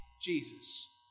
Jesus